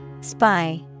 Spy